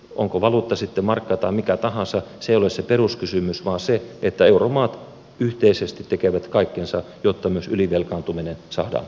onko valuutta sitten markka tai mikä tahansa sillä se peruskysymys on se että euromaat yhteisesti tekevät kaikkensa jotta myös ylivelkaantuminen saa